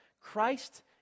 Christ